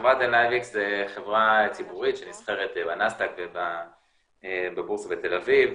החברה היא חברה ציבורית שנסחרת בנאסד"ק ובבורסה בתל אביב,